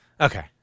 Okay